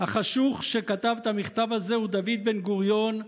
החשוך שכתב את המכתב הזה הוא דוד בן-גוריון,